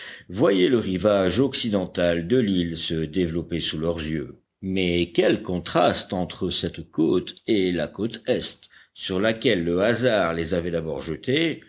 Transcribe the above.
voyaient le rivage occidental de l'île se développer sous leurs yeux mais quel contraste entre cette côte et la côte est sur laquelle le hasard les avait d'abord jetés